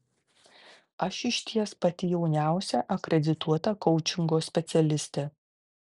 aš išties pati jauniausia akredituota koučingo specialistė